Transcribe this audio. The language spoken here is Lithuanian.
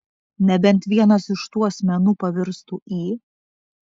nebent vienas iš tų asmenų pavirstų į